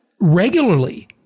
regularly